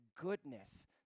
goodness